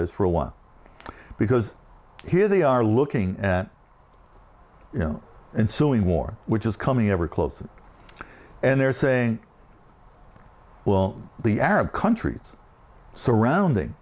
this for a while because here they are looking at you know ensuing war which is coming ever closer and they're saying well the arab countries surrounding